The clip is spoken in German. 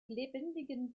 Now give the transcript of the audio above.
lebendigen